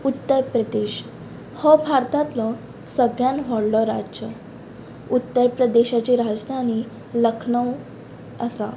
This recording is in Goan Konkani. उत्तर प्रदेश हो भारतांतलो सगळ्यांत व्हडलो राज्य उत्तर प्रदेशाची राजधानी लखनव आसा